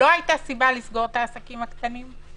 לא הייתה סיבה לסגור את העסקים הקטנים.